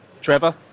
Trevor